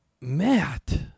Matt